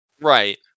Right